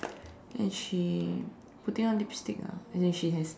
and she putting on lipstick ah and then she has